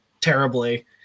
terribly